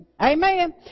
Amen